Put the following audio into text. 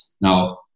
Now